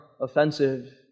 offensive